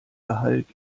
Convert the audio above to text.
gehalt